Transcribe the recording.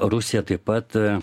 rusija taip pat